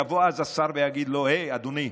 יבוא אז השר ויגיד לו: היי, אדוני,